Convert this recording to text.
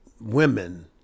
women